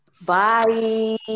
Bye